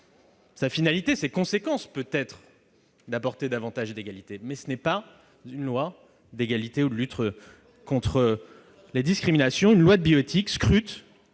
Sa finalité, sa conséquence peut être d'apporter davantage d'égalité, mais ce n'est pas une loi d'égalité ou de lutte contre les discriminations. Une loi de bioéthique vise